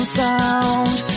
sound